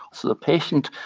so, the patient,